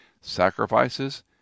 sacrifices